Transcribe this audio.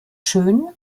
schön